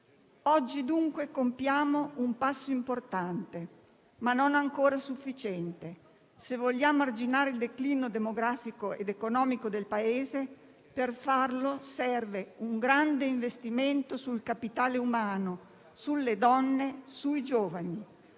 Oggi dunque compiamo un passo importante, ma non ancora sufficiente: se vogliamo arginare il declino demografico ed economico del Paese, serve un grande investimento sul capitale umano, sulle donne e sui giovani.